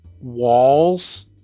walls